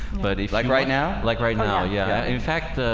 but it's like right now like right now yeah, in fact